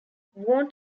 won’t